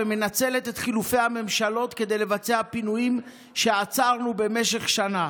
ומנצלת את חילופי הממשלות כדי לבצע פינויים שעצרנו במשך שנה.